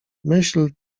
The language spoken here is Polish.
myśl